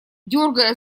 дергая